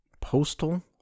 Postal